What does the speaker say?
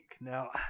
Now